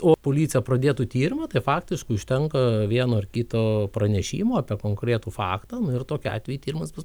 o policija pradėtų tyrimą tai faktiškai užtenka vieno ar kito pranešimo apie konkretų faktą ir tokiu atveju tyrimas bus